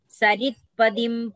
saritpadim